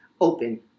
open